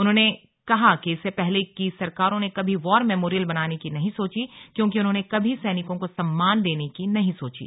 उन्होंने कहा कि इससे पहले की सरकारों ने कभी वॉर मेमोरियल बनाने की नहीं सोची क्योंकि उन्होंने कभी सैनिकों को सम्मान देने की नहीं सोची